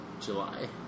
July